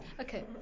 Okay